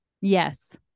Yes